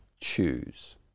choose